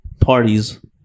parties